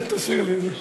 תשאיר לי את זה.